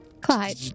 Clyde